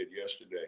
yesterday